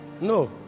No